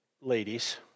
ladies